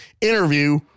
interview